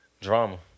Drama